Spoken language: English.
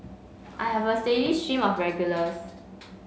I have a steady stream of regulars